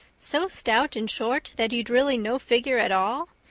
so stout and short that you'd really no figure at all?